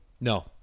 No